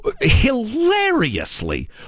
hilariously